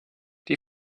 die